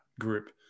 group